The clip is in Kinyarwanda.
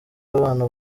abana